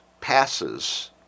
passes